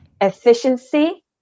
efficiency